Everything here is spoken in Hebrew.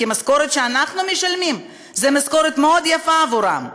כי המשכורת שאנחנו משלמים זו משכורת מאוד יפה עבורם.